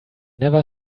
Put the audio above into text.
never